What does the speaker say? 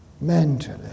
mentally